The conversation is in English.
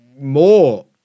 more